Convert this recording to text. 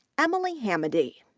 emily hamady.